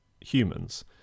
humans